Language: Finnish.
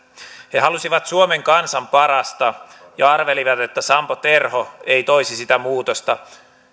he halusivat suomen kansan parasta ja arvelivat että sampo terho ei toisi sitä muutosta